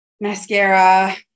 Mascara